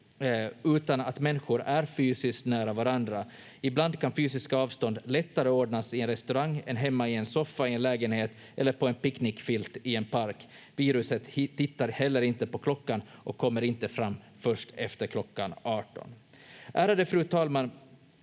Ärade fru talman!